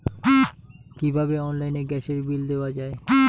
কিভাবে অনলাইনে গ্যাসের বিল দেওয়া যায়?